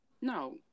No